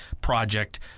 project